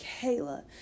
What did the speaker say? kayla